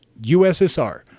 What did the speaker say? USSR